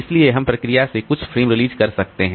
इसलिए हम प्रक्रिया से कुछ फ्रेम रिलीज कर सकते हैं